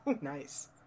Nice